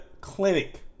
clinic